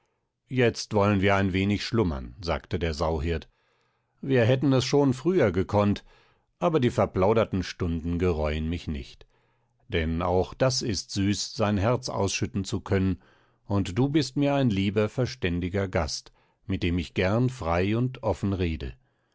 jetzt wollen wir ein wenig schlummern sagte der sauhirt wir hätten es schon früher gekonnt aber die verplauderten stunden gereuen mich nicht denn auch das ist süß sein herz ausschütten zu können und du bist mir ein lieber verständiger gast mit dem ich gern frei und offen rede